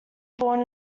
born